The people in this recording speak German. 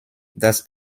das